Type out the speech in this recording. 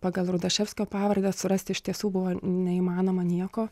pagal rudaševskio pavardę surast iš tiesų buvo neįmanoma nieko